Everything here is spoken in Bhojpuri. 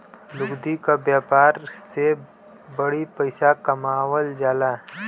लुगदी क व्यापार से बड़ी पइसा कमावल जाला